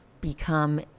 become